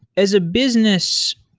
as a business,